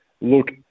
look